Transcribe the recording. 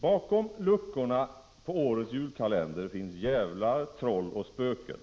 Bakom luckorna på årets julkalender finns jävlar, troll och spöken.